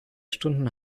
stunden